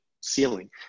ceiling